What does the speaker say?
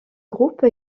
groupe